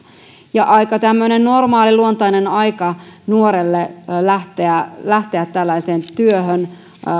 ja aika tämmöinen normaali luontainen aika nuorelle lähteä lähteä tällaiseen työhön